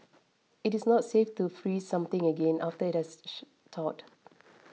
it is not safe to freeze something again after it has she thawed